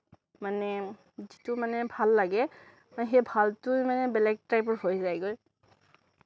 মানে যিটো মানে ভাল লাগে সেই ভালটো মানে বেলেগ টাইপৰ হৈ যায়গৈ